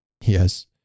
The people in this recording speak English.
Yes